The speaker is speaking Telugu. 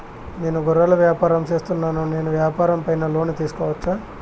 నేను గొర్రెలు వ్యాపారం సేస్తున్నాను, నేను వ్యాపారం పైన లోను తీసుకోవచ్చా?